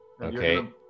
Okay